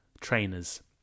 trainers